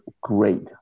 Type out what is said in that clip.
great